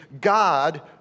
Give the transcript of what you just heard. God